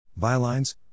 Bylines